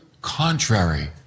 contrary